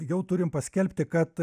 jau turime paskelbti kad